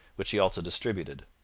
which he also distributed.